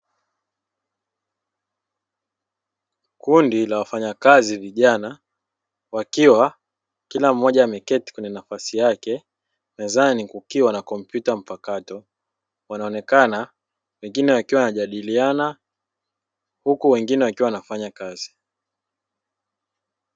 Kundi la wafanyakazi vijana wakiwa kila mmoja ameketi kwenye nafasi yake mezani kukiwa na kompyuta mpakato wanaonekana wengine wakiwa wanajadiliana huku wengine wakiwa wanafanya kazi.